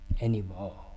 Anymore